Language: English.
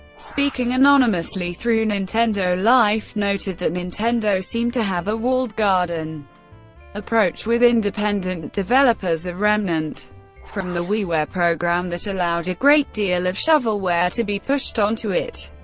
speaking anonymously through nintendo life, noted that nintendo seemed to have a walled garden approach with independent developers, a remnant from the wiiware program that allowed a great deal of shovelware to be pushed onto it.